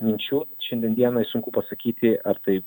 minčių šiandien dienai sunku pasakyti ar tai